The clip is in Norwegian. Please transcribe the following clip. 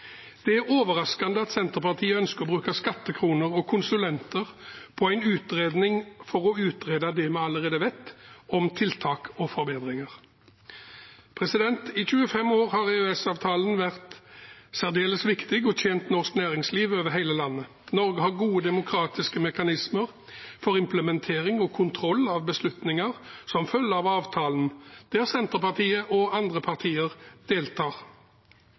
det. Det er overraskende at Senterpartiet ønsker å bruke skattekroner og konsulenter på en utredning for å utrede det vi allerede vet om tiltak og forbedringer. I 25 år har EØS-avtalen vært særdeles viktig og tjent norsk næringsliv over hele landet. Norge har gode demokratiske mekanismer for implementering og kontroll av beslutninger som følger av avtalen, der Senterpartiet og andre partier deltar.